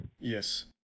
Yes